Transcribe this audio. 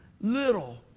little